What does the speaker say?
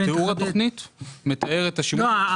תיאור התכנית מתאר את השימוש --- לא,